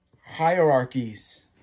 hierarchies